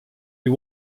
you